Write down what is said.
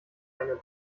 einen